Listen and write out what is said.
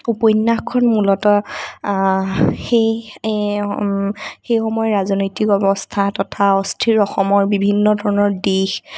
উপন্যাসখন মূলতঃ সেই সেই সময়ৰ ৰাজনৈতিক অৱস্থা তথা অস্থিৰ অসমৰ বিভিন্ন ধৰণৰ দিশ